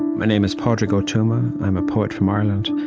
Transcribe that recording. my name is padraig o tuama. i'm a poet from ireland.